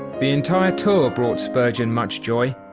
the entire tour brought spurgeon much joy,